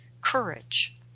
courage